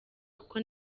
kuko